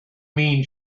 mean